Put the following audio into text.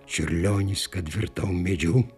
čiurlionis kad virtau medžiu